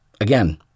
again